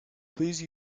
please